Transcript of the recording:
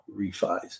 refis